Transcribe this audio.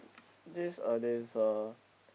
this uh there is a